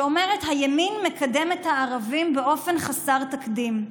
שאומרת: "הימין מקדם את הערבים באופן חסר תקדים":